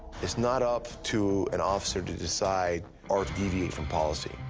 it's not up to an officer to decide or deviate from policy.